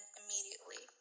immediately